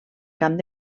camp